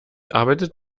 arbeitet